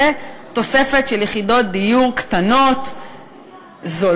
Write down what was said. זאת תוספת של יחידות דיור קטנות, זולות,